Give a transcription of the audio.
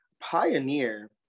pioneer